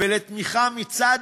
לתמיכה מצד